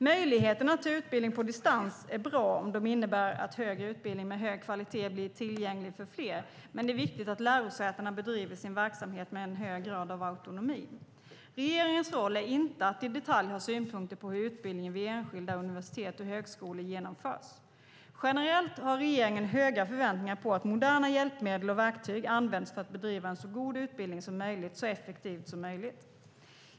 Möjligheterna till utbildning på distans är bra om de innebär att högre utbildning med hög kvalitet blir tillgänglig för fler, men det är viktigt att lärosätena bedriver sin verksamhet med en hög grad av autonomi. Regeringens roll är inte att i detalj ha synpunkter på hur utbildningen vid enskilda universitet och högskolor genomförs. Generellt har regeringen höga förväntningar på att moderna hjälpmedel och verktyg används för att bedriva en så god utbildning som möjligt så effektivt som möjligt.